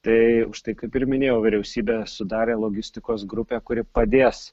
tai štai kaip ir minėjau vyriausybė sudarė logistikos grupę kuri padės